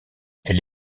elle